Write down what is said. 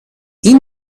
این